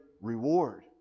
reward